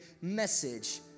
message